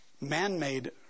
man-made